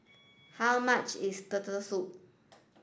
how much is Turtle Soup